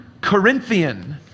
Corinthian